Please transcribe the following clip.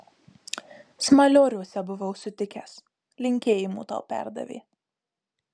smalioriuose buvau sutikęs linkėjimų tau perdavė